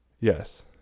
yes